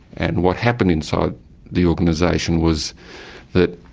and what happened inside the organisation was that,